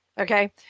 Okay